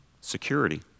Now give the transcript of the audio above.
security